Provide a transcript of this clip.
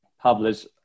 publish